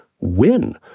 win